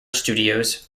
studios